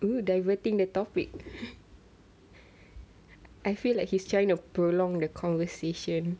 !woo! diverting the topic I feel like he's trying to prolong the conversation